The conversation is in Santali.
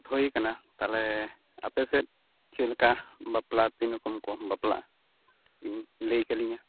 ᱥᱟᱹᱛ ᱦᱳᱭ ᱟᱠᱟᱱᱟ ᱛᱟᱦᱚᱞᱮ ᱟᱯᱮ ᱥᱮᱫ ᱪᱮᱫ ᱞᱮᱠᱟ ᱵᱟᱯᱞᱟ ᱛᱤᱱ ᱨᱚᱠᱚᱢ ᱠᱚ ᱵᱟᱯᱞᱟᱜᱼᱟ ᱤᱧ ᱞᱟᱹᱭ ᱠᱟᱞᱤᱧᱟ